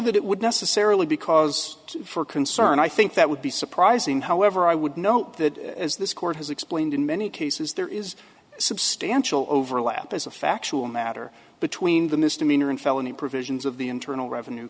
that it would necessarily be cause for concern i think that would be surprising however i would note that as this court has explained in many cases there is substantial overlap as a factual matter between the misdemeanor and felony provisions of the internal revenue